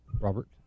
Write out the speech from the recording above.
Robert